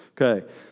Okay